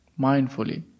mindfully